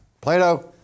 Plato